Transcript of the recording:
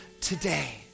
today